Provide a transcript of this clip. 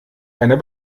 einer